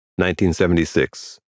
1976